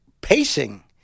pacing